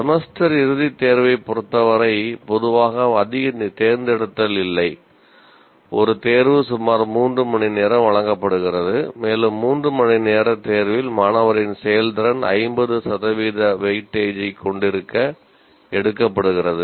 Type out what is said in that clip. semester இறுதித் தேர்வைப் பொறுத்தவரை பொதுவாக அதிக தேர்ந்தெடுத்தல் இல்லை ஒரு தேர்வு சுமார் 3 மணி நேரம் வழங்கப்படுகிறது மேலும் 3 மணி நேர தேர்வில் மாணவரின் செயல்திறன் 50 சதவீத வெயிட்டேஜை கொண்டிருக்க எடுக்கப்படுகிறது